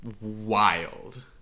wild